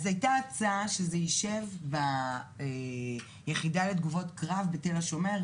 אז זו הייתה הצעה שזה יישב ב"יחידה לתגובות קרב" בתל השומר.